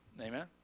amen